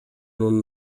non